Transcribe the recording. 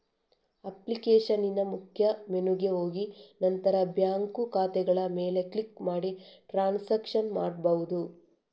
ಅಪ್ಲಿಕೇಶನಿನ ಮುಖ್ಯ ಮೆನುಗೆ ಹೋಗಿ ನಂತರ ಬ್ಯಾಂಕ್ ಖಾತೆಗಳ ಮೇಲೆ ಕ್ಲಿಕ್ ಮಾಡಿ ಟ್ರಾನ್ಸಾಕ್ಷನ್ ಮಾಡ್ಬಹುದು